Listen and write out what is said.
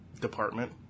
department